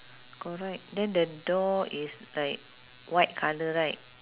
correct then the door is like white colour right